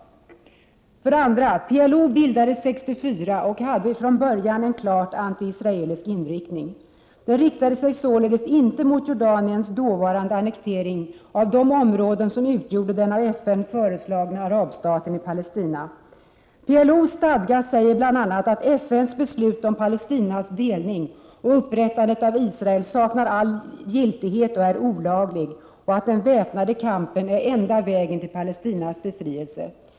För det andra bildades PLO 1964 och hade från början en klart antiisraelisk inriktning. Den riktade sig således inte mot Jordaniens dåvarande annektering av de områden som utgjorde den av FN föreslagna arabstaten i Palestina. PLO:s stadga säger bl.a. att FN:s beslut om Palestinas delning och upprättandet av Israel saknar all giltighet och är olaglig och att den väpnade kampen är enda vägen till Palestinas befrielse .